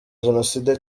jenoside